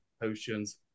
potions